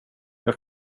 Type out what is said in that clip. jag